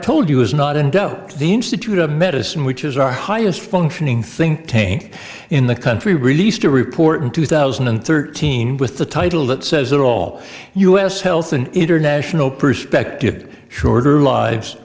told you is not and the institute of medicine which is our highest functioning think tank in the country released a report in two thousand and thirteen with the title that says that all u s health and international perspective shorter lives